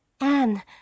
anne